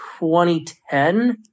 2010